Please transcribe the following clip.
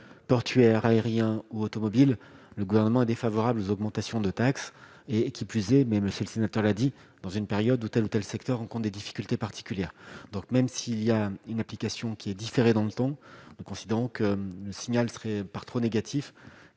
portuaire aérien ou automobile, le gouvernement est défavorable aux augmentations de taxes et, qui plus est, mais, Monsieur le Sénateur, l'a dit, dans une période où tels ou tels secteurs rend compte des difficultés particulières donc même s'il y a une application qui est différée dans le temps, nous considérons que le signal serait par trop négatif